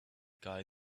guy